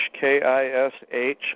K-I-S-H